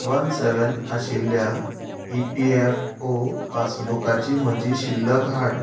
one seven आशिल्ल्या E P F O पासबुकाची म्हजी शिल्लक हाड